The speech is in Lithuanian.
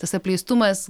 tas apleistumas